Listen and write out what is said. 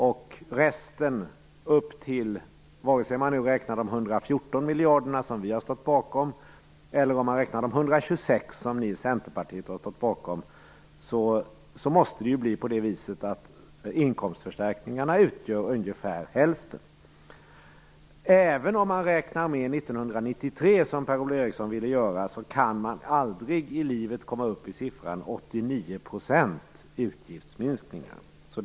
Vare sig man sedan räknar upp till de 114 miljarder som vi stått bakom eller de 126 som ni i Centerpartiet stått bakom måste resultatet bli att inkomstförstärkningarna utgör ungefär hälften. Även om man räknar med 1993, som Per-Ola Eriksson ville göra, kan man aldrig i livet komma upp i siffran 89 % i utgiftsminskningar.